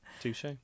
Touche